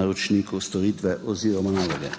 naročniku storitve oziroma naloge.